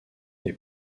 est